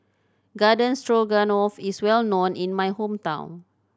Garden Stroganoff is well known in my hometown